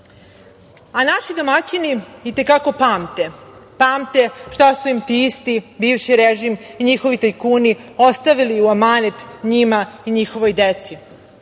domaćini i te kako pamte, pamte šta su im ti isti, bivši režim i njihovi tajkuni ostavili u amanet njima i njihovoj deci.